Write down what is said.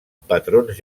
patrons